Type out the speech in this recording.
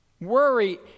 worry